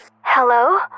hello